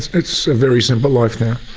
it's a very simple life now.